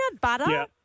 butter